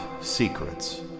secrets